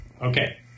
Okay